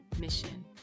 mission